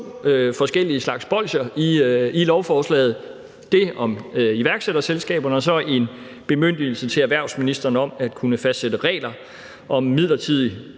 forskellige slags bolsjer i lovforslaget: Det om iværksætterselskaber og så en bemyndigelse til erhvervsministeren om at kunne fastsætte regler om midlertidig